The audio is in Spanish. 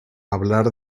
hablar